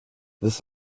this